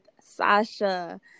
Sasha